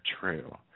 true